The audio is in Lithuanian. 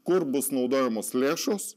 kur bus naudojamos lėšos